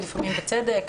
ולפעמים בצדק.